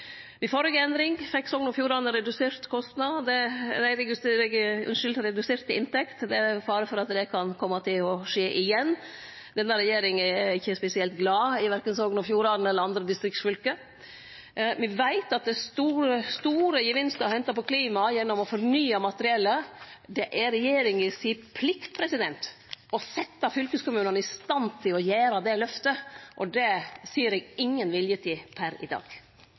endring fekk Sogn og Fjordane redusert inntekt, og det er fare for at det kan kome til å skje igjen. Denne regjeringa er ikkje spesielt glad i verken Sogn og Fjordane eller andre distriktsfylke. Me veit at det er store gevinstar å hente på klimaområdet gjennom å fornye materiellet. Det er regjeringa si plikt å setje fylkeskommunane i stand til å gjere det løftet, og det ser eg ingen vilje til per i dag.